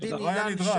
זה לא היה נדרש.